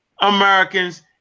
Americans